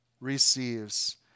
receives